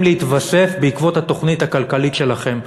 להתווסף בעקבות התוכנית הכלכלית שלכם.